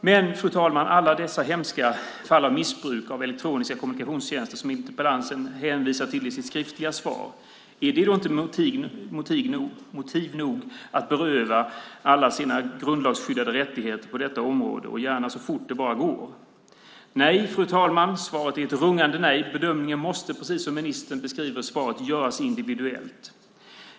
Men, fru talman, alla dessa fall av missbruk av elektroniska kommunikationstjänster som interpellanten hänvisar till - är de inte motiv nog att beröva alla intagna deras grundlagsskyddade rättigheter på detta område och gärna så fort det bara går? Svaret är ett rungande nej, fru talman. Bedömningen måste, precis som ministern beskriver i svaret, göras individuellt.